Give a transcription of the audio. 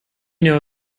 know